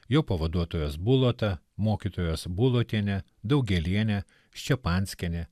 jo pavaduotojas bulota mokytojos bulotienė daugėlienė ščepanskienė